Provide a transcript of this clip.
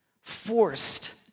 forced